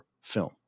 film